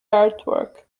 artwork